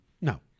No